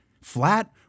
Flat